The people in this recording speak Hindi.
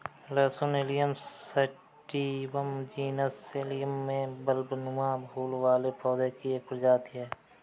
लहसुन एलियम सैटिवम जीनस एलियम में बल्बनुमा फूल वाले पौधे की एक प्रजाति है